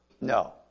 No